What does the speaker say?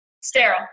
Sterile